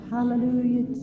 Hallelujah